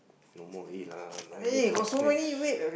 no more already lah okay next next next